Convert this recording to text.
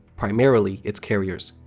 primarily its carriers.